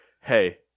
hey